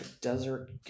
desert